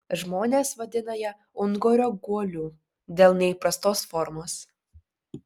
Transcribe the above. žmonės vadina ją ungurio guoliu dėl neįprastos formos